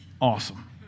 Awesome